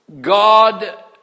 God